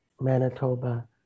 Manitoba